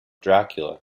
dracula